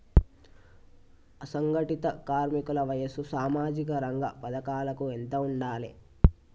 అసంఘటిత కార్మికుల వయసు సామాజిక రంగ పథకాలకు ఎంత ఉండాలే?